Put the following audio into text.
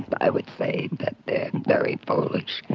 but i would say that they're very foolish,